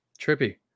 trippy